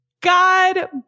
God